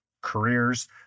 careers